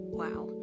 wow